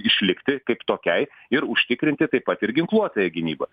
išlikti kaip tokiai ir užtikrinti taip pat ir ginkluotąją gynybą